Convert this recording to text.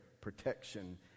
protection